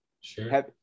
Sure